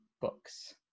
books